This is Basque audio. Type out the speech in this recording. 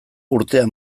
urtea